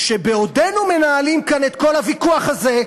שבעודנו מנהלים כאן את כל הוויכוח הזה,